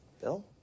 Bill